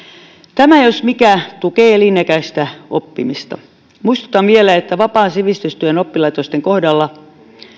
tämä jos mikä tukee elinikäistä oppimista muistutan vielä että vapaan sivistystyön oppilaitosten kohdalla